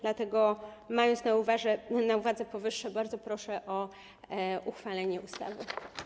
Dlatego, mając na uwadze powyższe, bardzo proszę o uchwalenie ustawy.